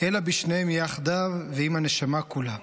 אלא בשניהם יחדיו ועם הנשמה כולה.